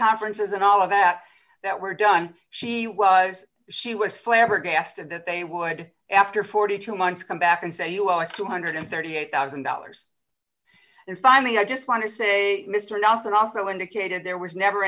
conferences and all of that that were done she was she was flabbergasted that they would after forty two months come back and say you owe us two hundred and thirty eight thousand dollars and finally i just want to say mister nelson also indicated there was never